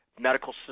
medical